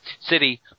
city